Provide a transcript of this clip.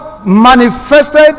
manifested